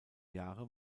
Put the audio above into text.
jahre